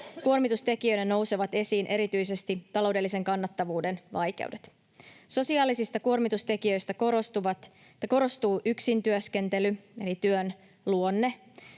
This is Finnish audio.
Kuormitustekijöinä nousevat esiin erityisesti taloudellisen kannattavuuden vaikeudet. Sosiaalisista kuormitustekijöistä korostuu yksin työskentely eli työn luonne.